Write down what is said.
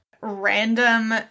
random